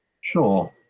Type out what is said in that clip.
Sure